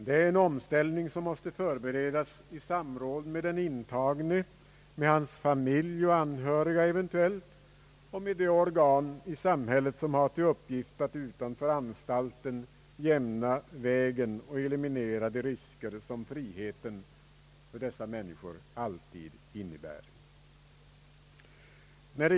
Det är en omställning som måste förberedas i samråd med den intagne, eventuellt med hans familj och anhöriga och med de organ i samhället som har till uppgift att utanför anstalten jämna vägen och eliminera de risker som friheten alltid innebär.